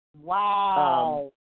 Wow